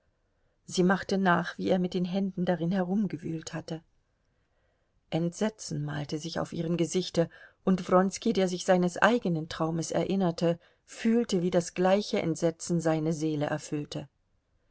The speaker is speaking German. sie machte nach wie er mit den händen darin herumgewühlt hatte entsetzen malte sich auf ihrem gesichte und wronski der sich seines eigenen traumes erinnerte fühlte wie das gleiche entsetzen seine seele erfüllte